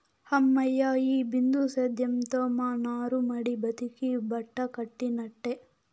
హమ్మయ్య, ఈ బిందు సేద్యంతో మా నారుమడి బతికి బట్టకట్టినట్టే